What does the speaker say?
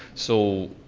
so,